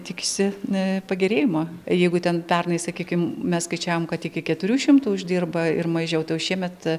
tikisi pagerėjimo jeigu ten pernai sakykim mes skaičiavom kad iki keturių šimtų uždirba ir mažiau tai jau šiemet